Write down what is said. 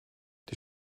die